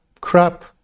crap